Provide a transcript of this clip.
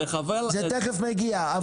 היא תכף מגיעה.